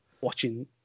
watching